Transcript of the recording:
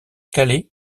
calais